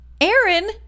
aaron